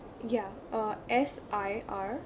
ya uh S I R